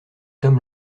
homme